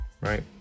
right